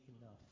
enough